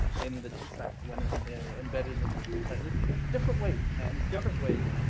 in the t site when and embedded into decided different ways, man, it's different ways.